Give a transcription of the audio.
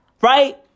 right